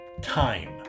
time